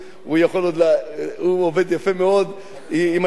הוא עובד יפה מאוד עם הילדים,